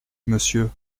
monsieur